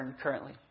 currently